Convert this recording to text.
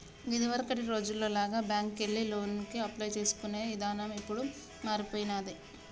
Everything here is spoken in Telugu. ఇదివరకటి రోజుల్లో లాగా బ్యేంకుకెళ్లి లోనుకి అప్లై చేసుకునే ఇదానం ఇప్పుడు మారిపొయ్యినాది